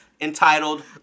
Entitled